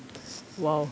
!wow!